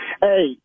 Hey